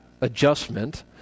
adjustment